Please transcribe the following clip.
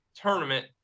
tournament